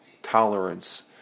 Tolerance